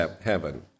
heaven